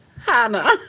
Hannah